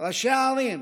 ראשי הערים,